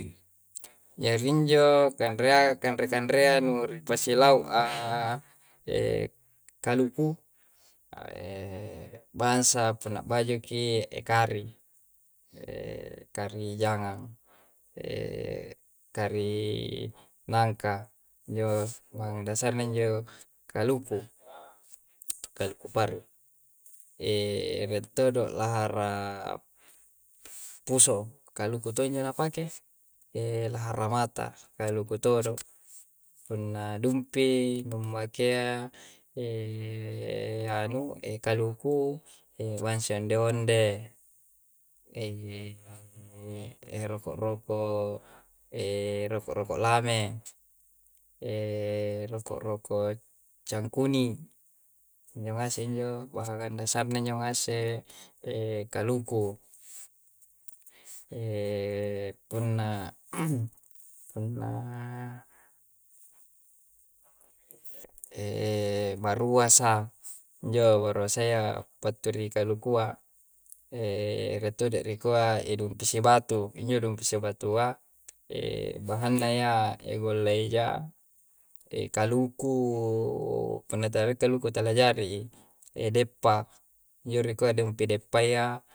Jari injo kanrea, kanre-kanrea nu ripasilau'a kaluku, bansa punna bajuki ekari. kari jangang, kari nangka, njo bahang dasarna njo kaluku, kaluku paru'. rie' todo' lahara puso, kaluku todo' injo na pake. lahara mata, kaluku todo'. Punna dumpi nummakeya anu e kaluku, e bansa onde-onde, roko'-roko', roko'-roko' lame, roko'-roko' cangkuni'. Injo ngase' injo bahangan dasarna njo ngase' kaluku. punna punna baruasa, injo baruasayya battu ri kalukua. rie' todo' ri kua dumpi sibatu. Injo dumpi sibatua, bahannayya ya golla eja, ekaluku punna talarie kaluku, tala jari i. E deppa, injo nikua dumpi deppa yya.